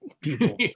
people